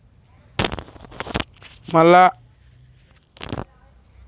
मला विविध सामाजिक योजनांची माहिती मिळू शकेल का?